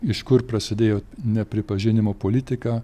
iš kur prasidėjo nepripažinimo politika